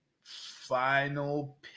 final